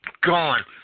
Gone